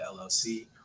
LLC